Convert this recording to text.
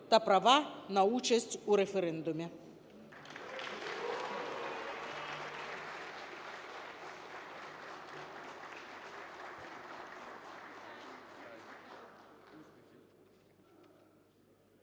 та права на участь у референдумі.